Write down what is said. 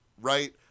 right